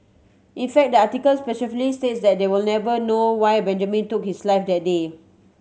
in fact the article specifically states that we will never know why Benjamin took his life that day